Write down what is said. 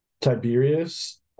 Tiberius